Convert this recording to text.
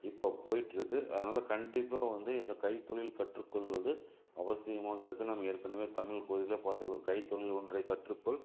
இப்போ போய்ட்ருக்கு அதனால் கண்டிப்பாக வந்து இந்த கைத்தொழில் கற்றுக்கொள்வது அவசியமாக இருக்குது நம்ம ஏற்கனவே தமிழ் பகுதிலேயே பார்த்துக்குறோம் கைத்தொழில் ஒன்றைக் கற்றுக்கொள்